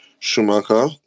Schumacher